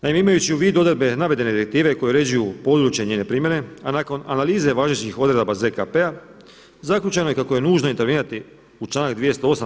Naime, imajući u vidu odredbe navedene direktive koje uređuju područje njene primjene a nakon analize važećih odredaba ZKP-a zaključeno je kako je nužno intervenirati u članak 208.